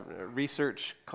research